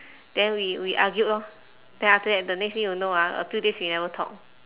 then we we argued lor then after that the next thing you know ah a few days we never talk